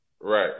Right